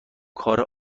کار